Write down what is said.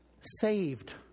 saved